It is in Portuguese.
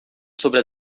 sobre